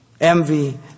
Envy